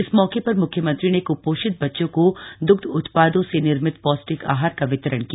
इस मौक पर मुख्यमंत्री ने कुपोषित बच्चों को दुग्ध उत्पादों से निर्मित पौष्टिक आहार का वितरण किया